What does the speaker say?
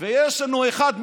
ויש לנו אחד,